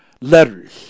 letters